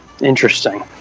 Interesting